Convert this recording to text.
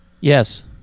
Yes